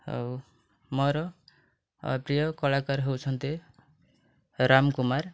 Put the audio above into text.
ଆଉ ମୋର ପ୍ରିୟ କଳାକାର ହେଉଛନ୍ତି ରାମ୍ କୁମାର